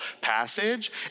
passage